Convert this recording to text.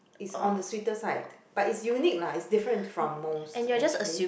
it's on the sweeter side but it's unique lah it's different from most actually